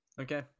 Okay